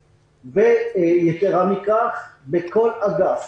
יתרה מכך, בכל אגף